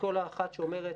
אסכולה אחת שאומרת: